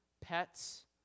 pets